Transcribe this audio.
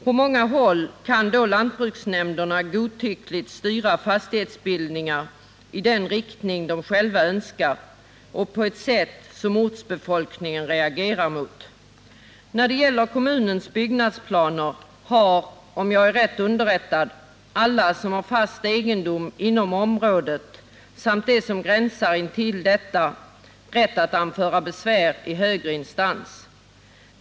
På många håll kan då lantbruksnämnderna godtyckligt styra fastighetsbildningar i den riktning de själva önskar och på ett sätt som ortsbefolkningen reagerar mot. När det gäller kommunens byggnadsplaner har, om jag är rätt underrättad, alla som har fast egendom inom området, samt de som gränsar intill detta, rätt att anföra besvär i högre instans.